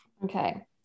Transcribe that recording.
okay